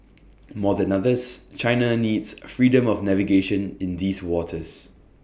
more than others China needs freedom of navigation in these waters